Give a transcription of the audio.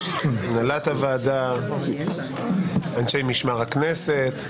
הנהלת הוועדה, אנשי משמר הכנסת,